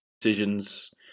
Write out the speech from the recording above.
decisions